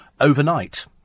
overnight